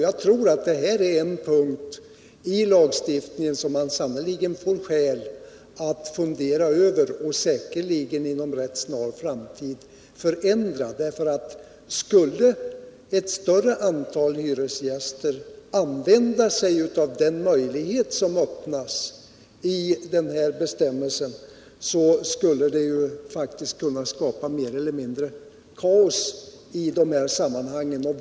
Jag tror att detta är en punkt i lagstiftningen som man får skäl att fundera 75 över och säkerligen inom en rätt snar framtid förändra, därför au skulle ett större antal hyresgäster använda sig av den möjlighet som öppnas i den här bestämmelsen, skulle det kunna skapa mer celler mindre kaos i dessa sammanhang.